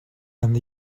and